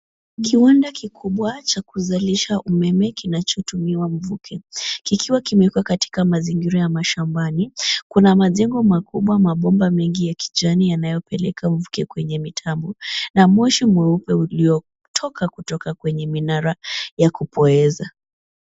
Kiwanda kikubwa cha kuzalisha umeme kinachotumia mvuke kikiwa kimewekwa katika mazingira ya mashambani. Kuna majengo makubwa, mabomba mengi yakijani yanayopeleka mvuke kwenye mitambo na moshi mweupe uliotoka kutoka kwenye minara ya kupoeza.